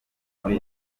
muri